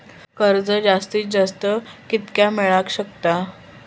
कर्ज जास्तीत जास्त कितक्या मेळाक शकता?